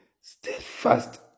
steadfast